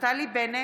נפתלי בנט,